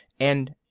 and.